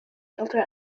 shelter